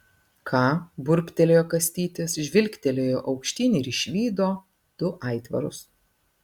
ką burbtelėjo kastytis žvilgtelėjo aukštyn ir išvydo du aitvarus